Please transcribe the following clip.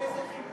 ראינו.